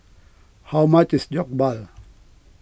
how much is Jokbal